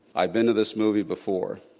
i've been to this movie before.